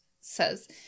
says